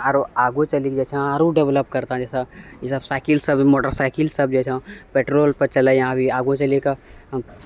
आरो आगू चलके जे छै आरो विकास करतो जैसे साइकिलसे अभी मोटर साइकिल सब जे छै पेट्रोल पर चलैया अभी आगू चली कऽ